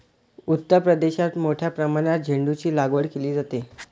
उत्तर प्रदेशात मोठ्या प्रमाणात झेंडूचीलागवड केली जाते